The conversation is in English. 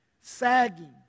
sagging